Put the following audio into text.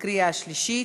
ובקריאה שלישית.